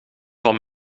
van